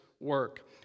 work